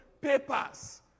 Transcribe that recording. papers